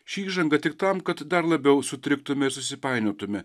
ši įžanga tik tam kad dar labiau sutriktume ir susipainiotume